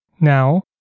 Now